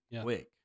quick